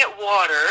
water